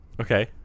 Okay